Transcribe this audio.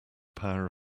power